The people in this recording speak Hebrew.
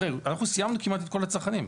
תראה, אנחנו סיימנו כמעט את כל הצרכנים.